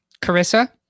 Carissa